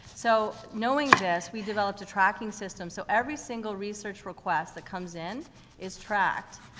so knowing this, we developed a tracking system. so every single research request that comes in is tracked,